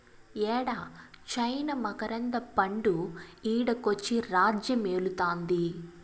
యేడ చైనా మకరంద పండు ఈడకొచ్చి రాజ్యమేలుతాంది